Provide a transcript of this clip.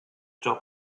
job